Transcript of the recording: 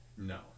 No